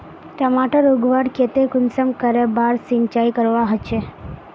टमाटर उगवार केते कुंसम करे बार सिंचाई करवा होचए?